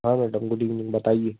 हाँ madam good evening बताइए